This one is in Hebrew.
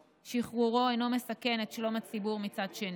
שחרורו אינו מסכן את שלום הציבור מצד שני.